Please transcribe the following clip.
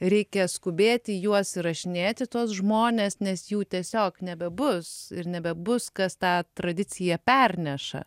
reikia skubėti juos įrašinėti tuos žmones nes jų tiesiog nebebus nebebus kas tą tradiciją perneša